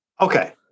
okay